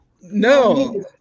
No